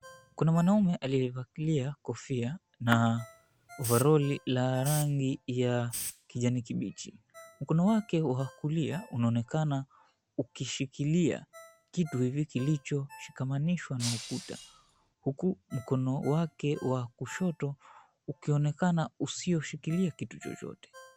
Kuna mwanaume aliyevalia kofia na ovaroli la rangi ya kijani kibichi. Mkono wake wa kulia unaonekana ukishikilia kitu hivi kilichoshikamanishwa na ukuta huku mkono wake wa kushoto ukionekana usioshikilia kitu chochote.